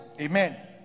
Amen